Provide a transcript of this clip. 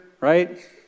right